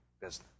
business